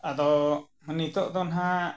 ᱟᱫᱚ ᱱᱤᱛᱳᱜ ᱫᱚ ᱱᱟᱜ